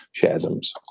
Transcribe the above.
chasms